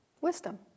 Wisdom